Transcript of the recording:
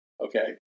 Okay